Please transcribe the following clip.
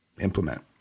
implement